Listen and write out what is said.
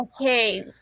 Okay